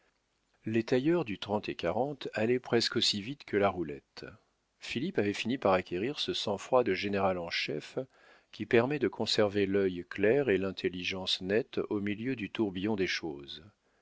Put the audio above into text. les tailleurs du trente-et-quarante allaient presque aussi vite que la roulette philippe avait fini par acquérir ce sang-froid de général en chef qui permet de conserver l'œil clair et l'intelligence nette au milieu du tourbillon des choses